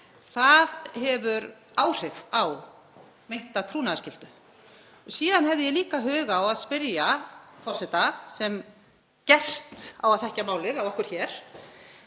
Það hefur áhrif á meinta trúnaðarskyldu. Síðan hefði ég líka hug á að spyrja forseta, sem gerst á að þekkja málið af okkur hér: